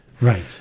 Right